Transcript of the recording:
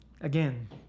Again